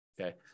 okay